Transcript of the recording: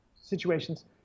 situations